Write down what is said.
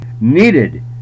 needed